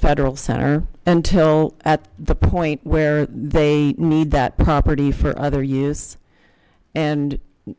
federal center until at the point where they need that property for other uses and